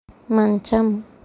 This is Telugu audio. మంచం